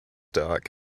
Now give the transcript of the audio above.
doc